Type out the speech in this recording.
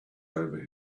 over